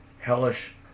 hellish